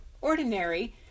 ordinary